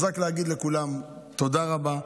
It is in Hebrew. אז רק להגיד לכולם תודה רבה,